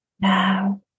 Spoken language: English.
Now